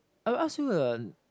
I will ask you a